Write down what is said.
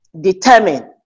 determined